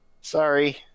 sorry